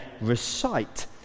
recite